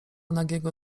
nagiego